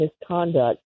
misconduct